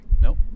Nope